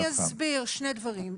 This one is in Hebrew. אני אסביר שני דברים,